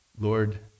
Lord